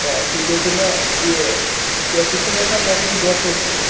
تہٕ تُہۍ دٔپۍتو مےٚ یہِ ٹھیکہٕ چھُو یَژھان کَرُن کِنۍ دۄہ پٲٹھی